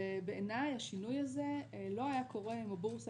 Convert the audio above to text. ובעיני השינוי הזה לא היה קורה אם הבורסה